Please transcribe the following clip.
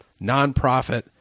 nonprofit